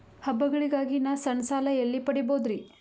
ಹಬ್ಬಗಳಿಗಾಗಿ ನಾ ಸಣ್ಣ ಸಾಲ ಎಲ್ಲಿ ಪಡಿಬೋದರಿ?